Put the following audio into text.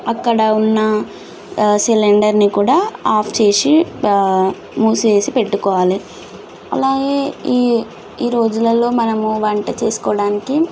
అక్కడ ఉన్న సిలిండర్ని కూడా ఆఫ్ చేసి మూసేసి పెట్టుకోవాలి అలాగే ఈ ఈరోజులల్లో మనము వంట చేసుకోవడానికి